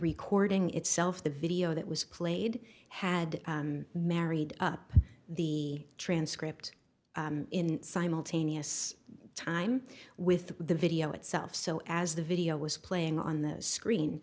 recording itself the video that was played had married up the transcript in simultaneous time with the video itself so as the video was playing on the screen